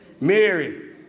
Mary